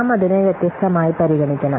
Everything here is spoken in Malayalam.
നാം അതിനെ വ്യത്യസ്തമായി പരിഗണിക്കണം